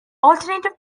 alternative